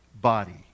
body